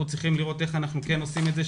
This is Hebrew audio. אנחנו צריכים לראות איך אנחנו כן עושים את זה,